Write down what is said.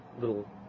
little